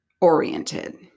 oriented